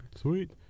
sweet